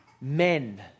men